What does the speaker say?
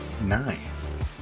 Nice